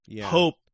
hope